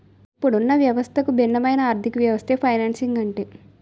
ఇప్పుడున్న వ్యవస్థకు భిన్నమైన ఆర్థికవ్యవస్థే ఫైనాన్సింగ్ అంటే